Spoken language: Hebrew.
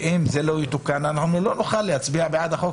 ואם זה לא יתוקן אנחנו לא נוכל להצביע בעד החוק,